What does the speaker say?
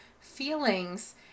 feelings